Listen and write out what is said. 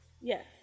Yes